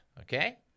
Okay